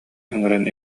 ыҥыран